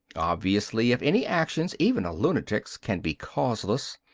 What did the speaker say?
obviously if any actions, even a lunatic's, can be causeless,